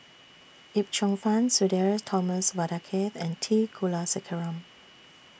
Yip Cheong Fun Sudhir Thomas Vadaketh and T Kulasekaram